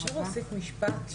אפשר להוסיף משפט?